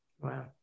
Wow